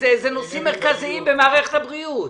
אלה נושאים מרכזיים במערכת הבריאות.